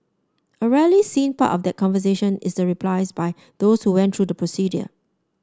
a rarely seen part of that conversation is the replies by those who went through the procedure